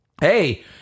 hey